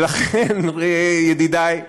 ולכן, ידידי,